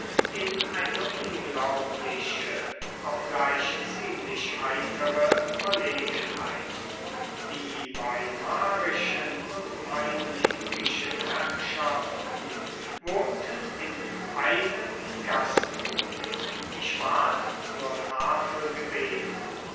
in eine unglaubliche obgleich ziemlich heitere verlegenheit die weimarischen und meiningischen herrschaften wohnten in einem gasthof ich ward zur tafel gebeten